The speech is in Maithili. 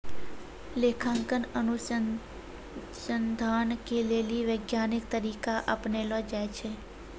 लेखांकन अनुसन्धान के लेली वैज्ञानिक तरीका अपनैलो जाय छै